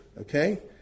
okay